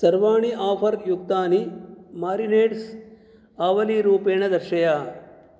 सर्वाणि आफ़र् युक्तानि मारिनेड्स् आवलीरूपेण दर्शय